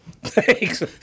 Thanks